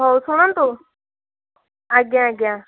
ହଉ ଶୁଣନ୍ତୁ ଆଜ୍ଞା ଆଜ୍ଞା